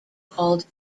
called